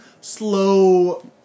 slow